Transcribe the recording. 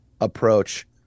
approach